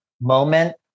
moment